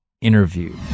interview